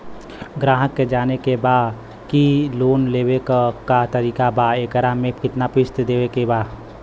ग्राहक के जाने के बा की की लोन लेवे क का तरीका बा एकरा में कितना किस्त देवे के बा?